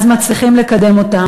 מצליחים לקדם אותם.